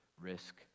risk